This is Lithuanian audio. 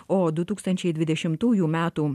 o du tūkstančiai dvidešimtųjų metų